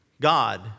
God